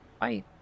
Bye